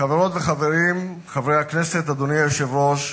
חברות וחברים, חברי הכנסת, אדוני היושב-ראש,